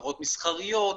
מטרות מסחריות,